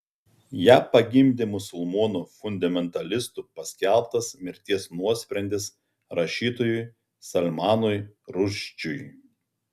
ją pagimdė musulmonų fundamentalistų paskelbtas mirties nuosprendis rašytojui salmanui rušdžiui